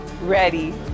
Ready